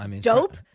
Dope